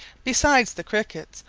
besides the crickets,